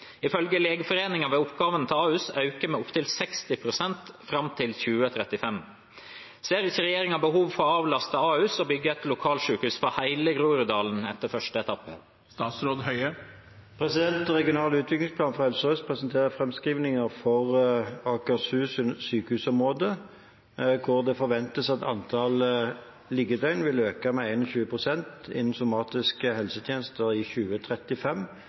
Ifølge Legeforeningen vil oppgavene til Ahus øke med opptil 60 prosent frem til 2035. Ser ikke regjeringen behovet for å avlaste Ahus og bygge et lokalsykehus for hele Groruddalen etter første etappe?» Regional utviklingsplan for Helse Sør-Øst presenterer framskrivninger for Akershus sykehusområde hvor det forventes at antall liggedøgn vil øke med 21 pst. innen somatiske helsetjenester i 2035